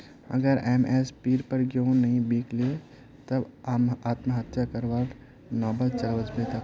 अगर एम.एस.पीर पर गेंहू नइ बीक लित तब आत्महत्या करवार नौबत चल वस तेक